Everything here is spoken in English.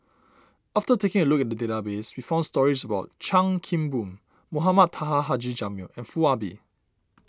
after taking a look at the database we found stories about Chan Kim Boon Mohamed Taha Haji Jamil and Foo Ah Bee